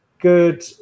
good